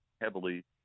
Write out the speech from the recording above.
heavily